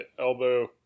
elbow